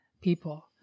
people